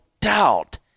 doubt